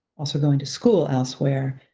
also going to school elsewhere.